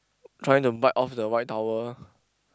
trying to bite off the white towel